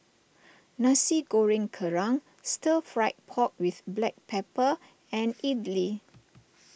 Nasi Goreng Kerang Stir Fried Pork with Black Pepper and Idly